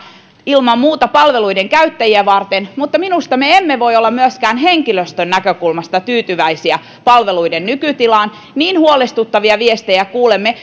ilman muuta palveluiden käyttäjiä varten mutta minusta me emme voi olla myöskään henkilöstön näkökulmasta tyytyväisiä palveluiden nykytilaan niin huolestuttavia viestejä kuulemme